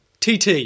tt